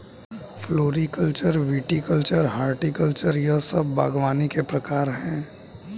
floriculture, viticulture, horticulture यह सब बागवानी के प्रकार है